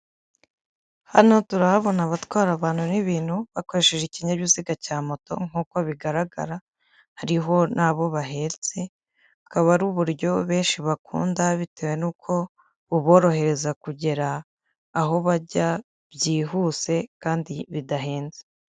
Hano turahabona abatwara abantu n'ibintu bakoresheje ikinyabiziga cya moto nk'uko bigaragara hariho n'abo bahetse, akaba ari uburyo benshi bakunda bitewe n'uko buborohereza kugera aho bajya byihuse kandi bidahenze.